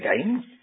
again